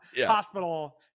hospital